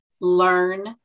learn